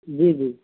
جی جی